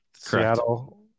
Seattle